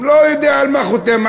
לא יודע על מה חותם,